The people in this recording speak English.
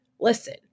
listen